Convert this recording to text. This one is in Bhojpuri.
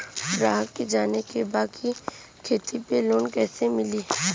ग्राहक के जाने के बा की खेती पे लोन कैसे मीली?